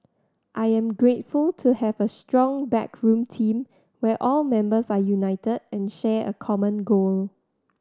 I am grateful to have a strong backroom team where all members are united and share a common goal